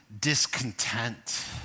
discontent